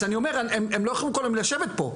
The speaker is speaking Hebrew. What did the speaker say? אז אני אומר, הם לא יכולים כל היום לשבת פה.